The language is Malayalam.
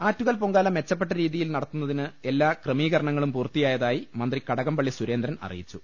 ആറ്റുകാൽ പൊങ്കാല മെച്ചപ്പെട്ട രീതിയിൽ നടത്തുന്നതിന് എല്ലാ ക്രമീകരണങ്ങളും പൂർത്തിയായതായി മന്ത്രി കടകംപള്ളി സുരേന്ദ്രൻ അറിയിച്ചു